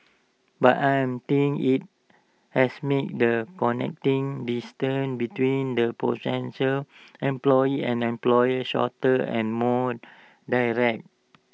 but I think IT has made the connecting distance between the potential employee and employer shorter and more direct